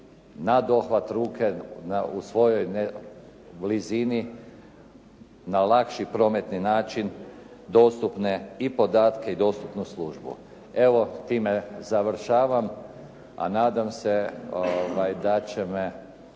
na dohvat ruke u svojoj blizini na lakši prometni način dostupne i podatke i dostupnu službu. Evo, time završavam, a nadam se da će me